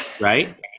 Right